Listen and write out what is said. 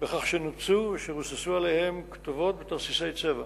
בכך שנופצו ורוססו עליהם כתובות בתרסיסי צבע.